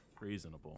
reasonable